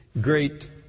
great